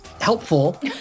helpful